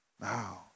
wow